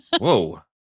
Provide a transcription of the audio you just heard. Whoa